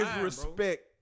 respect